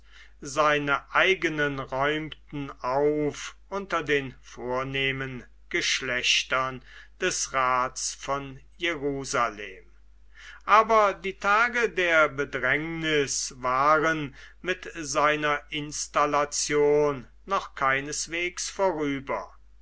seine eigenen räumten auf unter den vornehmen geschlechtern des rats von jerusalem aber die tage der bedrängnis waren mit seiner installation noch keineswegs vorüber